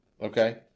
Okay